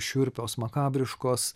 šiurpios makabriškos